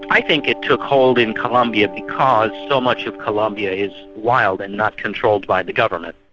i think it took hold in colombia because so much of colombia is wild and not controlled by the government.